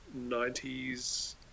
90s